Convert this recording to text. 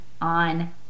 on